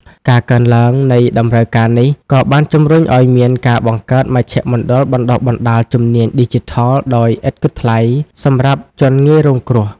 ការកើនឡើងនៃតម្រូវការនេះក៏បានជំរុញឱ្យមានការបង្កើតមជ្ឈមណ្ឌលបណ្តុះបណ្តាលជំនាញឌីជីថលដោយឥតគិតថ្លៃសម្រាប់ជនងាយរងគ្រោះ។